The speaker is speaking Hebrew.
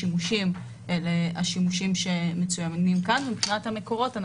אלה שתי סוגיות נפרדות.